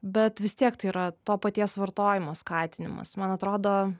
bet vis tiek tai yra to paties vartojimo skatinimas man atrodo